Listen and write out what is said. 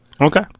Okay